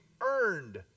earned